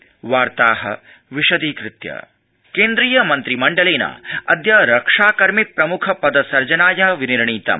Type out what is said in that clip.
केन्द्रीयमन्त्रिमण्डलम केन्द्रीयमन्त्रिमण्डलेन अदय रक्षाकर्मिप्रमुख सर्जनाय विनिर्णीतमु